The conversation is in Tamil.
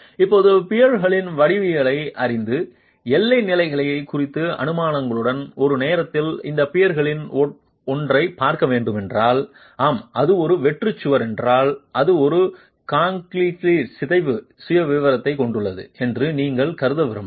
இப்போது பியர்களின் வடிவவியலை அறிந்து எல்லை நிலைமைகள் குறித்த அனுமானங்களுடன் ஒரு நேரத்தில் இந்த பியர்களில் ஒன்றைப் பார்க்க வேண்டுமென்றால் ஆம் அது ஒரு வெற்று சுவர் என்றால் அது ஒரு கான்டிலீவர்ட் சிதைவு சுயவிவரத்தைக் கொண்டுள்ளது என்று நீங்கள் கருத விரும்பலாம்